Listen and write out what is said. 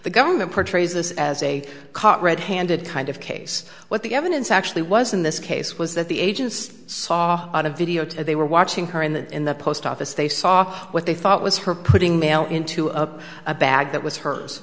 the government portrays this as a caught red handed kind of case what the evidence actually was in this case was that the agents saw on a videotape they were watching her in the in the post office they saw what they thought was her putting mail into up a bag that was hers